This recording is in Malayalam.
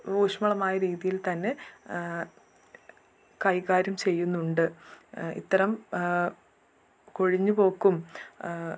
ഊഷ്മളമായ രീതിയിൽ തന്നെ കൈകാര്യം ചെയ്യുന്നുണ്ട് ഇത്തരം കൊഴിഞ്ഞു പോക്കും